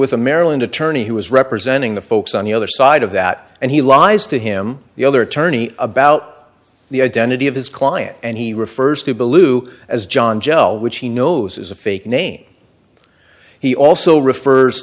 with a maryland attorney who was representing the folks on the other side of that and he lies to him the other attorney about the identity of his client and he refers to billoo as john gel which he knows is a fake name he also refers